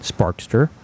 Sparkster